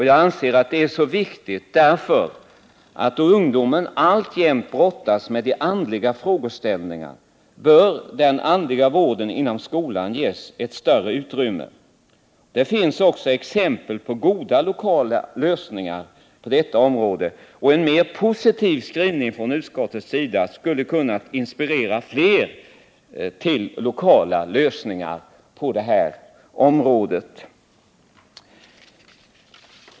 Jag anser att denna är så viktig, därför att ungdomen alltjämt brottas med andliga frågeställningar. Den andliga vården inom skolan bör ges ett större utrymme. Det finns också exempel på goda lokala lösningar på detta område. En mer positiv skrivning från utskottets sida skulle ha kunnat inspirera till fler lokala lösningar på det här området.